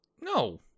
No